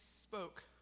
spoke